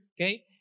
okay